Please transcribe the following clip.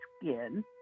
skin